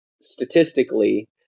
statistically –